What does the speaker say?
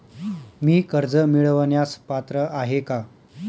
मी कर्ज मिळवण्यास पात्र आहे का?